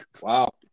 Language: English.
Wow